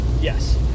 Yes